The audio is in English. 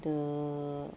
the